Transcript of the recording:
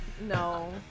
No